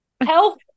Health